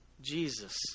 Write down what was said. Jesus